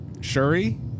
Shuri